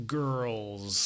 girls